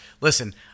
listen